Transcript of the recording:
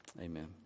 Amen